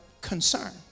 concern